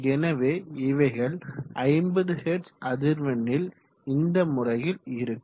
எனவே இவைகள் 50 ஹெர்ட்ஸ் அதிர்வெண்ணில் இந்த முறையில் இருக்கும்